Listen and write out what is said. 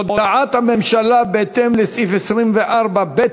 הודעת הממשלה בהתאם לסעיף 24(ב)